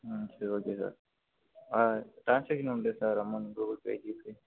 ஆ சரி okay sir ஆ transaction உண்டா sir amount Google Pay GPay